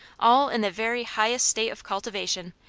all in the very highest state of cultivation,